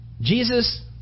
Jesus